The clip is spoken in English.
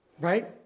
Right